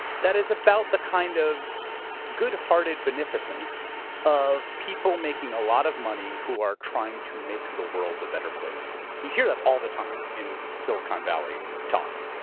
that is about the kind of goodhearted beneficence of people making a lot of money who are trying to make the world a better place. you hear that all the time in silicon valley talk,